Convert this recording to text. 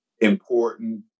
important